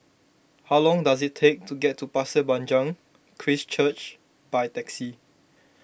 how long does it take to get to Pasir Panjang Christ Church by taxi